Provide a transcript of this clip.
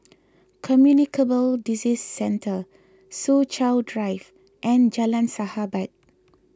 Communicable Disease Centre Soo Chow Drive and Jalan Sahabat